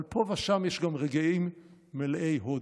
אבל פה ושם יש גם רגעים מלאי הוד,